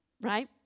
right